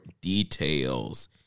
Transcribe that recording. details